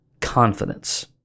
confidence